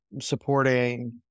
supporting